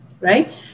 Right